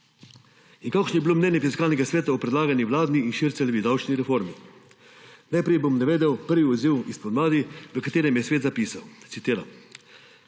In kakšno je bilo mnenje Fiskalnega sveta o predlagani vladni in Šircljevi davčni reformi? Najprej bom navedel prvi odziv, v katerem je svet zapisal, citiram: